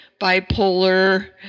bipolar